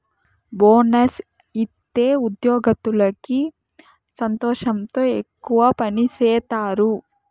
bonus ఇత్తే ఉద్యోగత్తులకి సంతోషంతో ఎక్కువ పని సేత్తారు